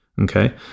Okay